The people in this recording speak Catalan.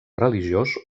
religiós